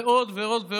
ועוד ועוד,